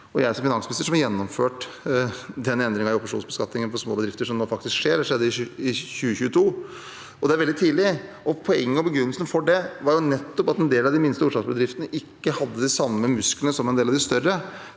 jeg som finansminister, som har gjennomført den endringen i opsjonsbeskatningen for småbedrifter som nå faktisk skjer. Det skjedde i 2022. Det er veldig tidlig. Poenget og begrunnelsen for det var nettopp at en del av de minste oppstartsbedriftene ikke hadde de samme musklene som en del av de større